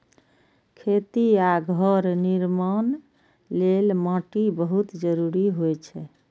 खेती आ घर निर्माण लेल माटि बहुत जरूरी होइ छै